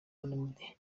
olomide